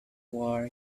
war